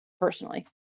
personally